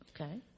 Okay